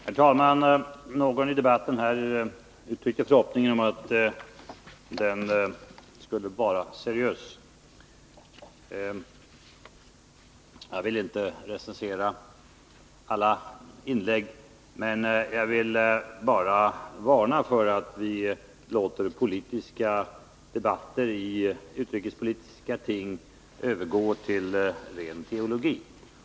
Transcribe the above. Herr talman! Någon deltagare i debatten uttryckte förhoppningen att den skulle vara seriös. Jag vill inte recensera alla inlägg, men jag vill varna för att låta politiska debatter i utrikespolitiska frågor övergå till ren teologi.